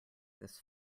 this